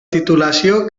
titulació